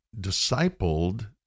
discipled